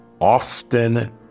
often